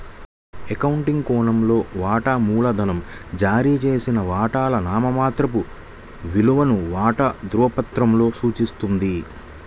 accounting కోణంలో, వాటా మూలధనం జారీ చేసిన వాటాల నామమాత్రపు విలువను వాటా ధృవపత్రాలలో సూచిస్తుంది